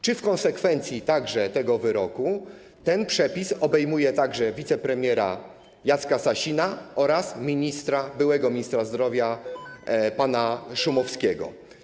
Czy w konsekwencji tego wyroku ten przepis obejmuje także wicepremiera Jacka Sasina oraz byłego ministra zdrowia pana Szumowskiego?